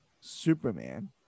Superman